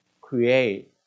create